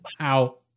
Ow